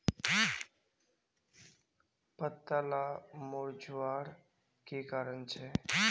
पत्ताला मुरझ्वार की कारण छे?